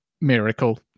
miracle